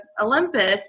Olympus